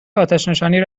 آتشنشانی